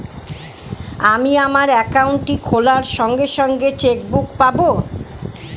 আমি আমার একাউন্টটি খোলার সঙ্গে সঙ্গে চেক বুক পাবো?